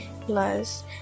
Plus